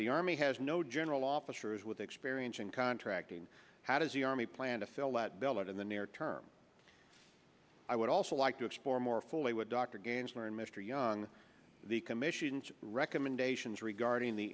the army has no general officers with experience in contracting how does the army plan to fill that ballot in the near term i would also like to explore more fully what dr gaines learned mr young the commission's recommendations regarding the